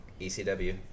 ECW